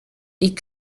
est